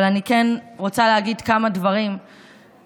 אבל אני כן רוצה להגיד כמה דברים שחשובים